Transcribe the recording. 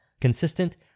consistent